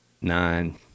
nine